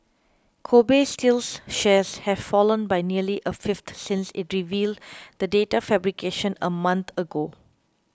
Kobe Steel's shares have fallen by nearly a fifth since it revealed the data fabrication a month ago